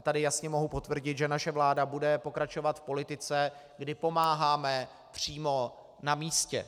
Tady jasně mohu potvrdit, že naše vláda bude pokračovat v politice, kdy pomáháme přímo na místě.